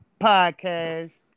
Podcast